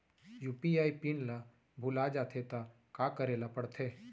UPI PIN ल भुला जाथे त का करे ल पढ़थे?